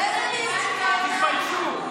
יותר ממה שאתה מעלה, בושה וחרפה.